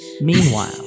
Meanwhile